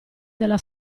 della